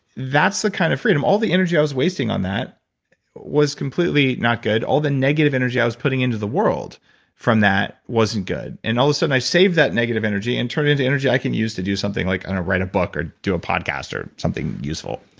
that's the kind of freedom. all the energy i was wasting on that was completely not good. all the negative energy i was putting into the world from that wasn't good. and all of a sudden i saved that negative energy and turned it into energy i can use to do something like and write a book or do a podcast or something useful.